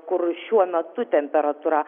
kur šiuo metu temperatūra